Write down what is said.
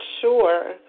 sure